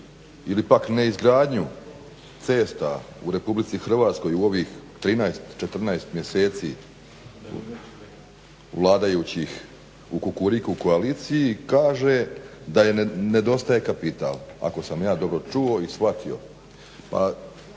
ili pak neizgradnju cesta u Republici Hrvatskoj u ovih 13-14 mjeseci vladajućih u Kukuriku koaliciji kaže da joj nedostaje kapital ako sam ja dobro čuo i shvatio.